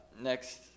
next